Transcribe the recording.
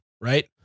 right